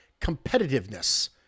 competitiveness